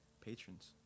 patrons